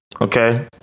Okay